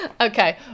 okay